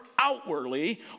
outwardly